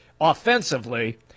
offensively